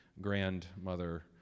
grandmother